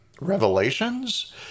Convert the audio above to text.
revelations